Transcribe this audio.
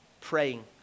praying